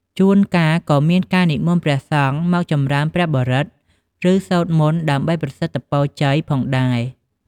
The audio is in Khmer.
ជួនកាលក៏មានការនិមន្តព្រះសង្ឃមកចំរើនព្រះបរិត្ត ឬសូត្រមន្តដើម្បីប្រសិទ្ធពរជ័យផងដែរ។